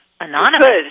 anonymous